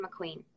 McQueen